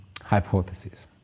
hypotheses